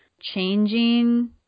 changing